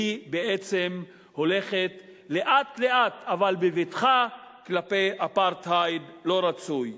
היא בעצם הולכת לאט-לאט אבל בבטחה כלפי אפרטהייד לא רצוי.